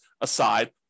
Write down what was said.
aside